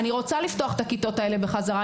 אני רוצה לפתוח את הכיתות האלה בחזרה,